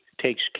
takes